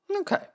Okay